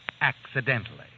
accidentally